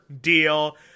deal